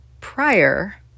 prior